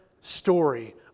story